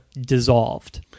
dissolved